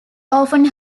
often